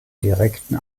direkten